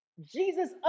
Jesus